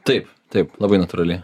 taip taip labai natūraliai